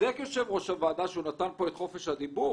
וצודק יושב ראש הוועדה שהוא נתן פה את חופש הדיבור,